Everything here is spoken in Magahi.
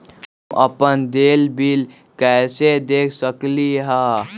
हम अपन देल बिल कैसे देख सकली ह?